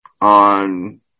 on